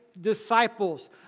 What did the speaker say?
disciples